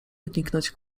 wyniknąć